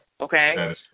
Okay